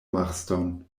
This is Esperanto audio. marston